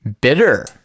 Bitter